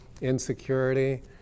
insecurity